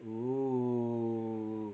!woo!